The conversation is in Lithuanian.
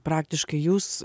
praktiškai jūs